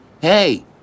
hey